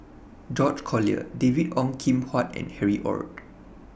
George Collyer David Ong Kim Huat and Harry ORD